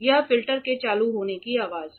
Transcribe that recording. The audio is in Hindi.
यह फिल्टर के चालू होने की आवाज है